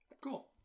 cool